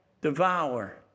devour